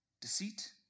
Deceit